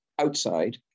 outside